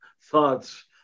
thoughts